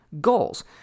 goals